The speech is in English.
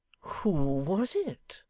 who was it?